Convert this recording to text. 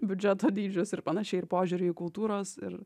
biudžeto dydžius ir panašiai ir požiūrį į kultūros ir